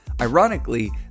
Ironically